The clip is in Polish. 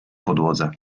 podłodze